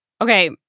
Okay